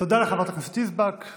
תודה לחברת הכנסת יזבק.